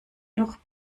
noch